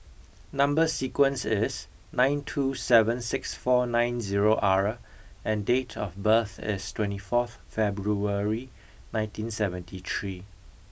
number sequence is nine two seven six four nine zero R and date of birth is twenty fourth February nineteen seventy three